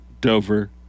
Dover